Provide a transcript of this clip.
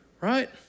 Right